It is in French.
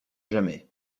jamais